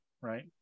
right